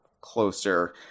closer